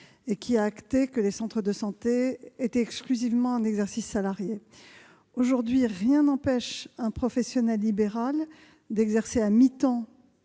derniers a acté qu'ils étaient exclusivement en exercice salarié. Aujourd'hui, rien n'empêche un professionnel libéral d'exercer à mi-temps